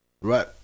right